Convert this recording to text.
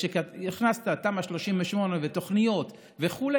כשהכנסת תמ"א 38 ותוכניות וכו',